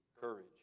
courage